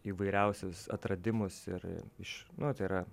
įvairiausius atradimus ir iš nu tai yra